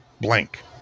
blank